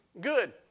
Good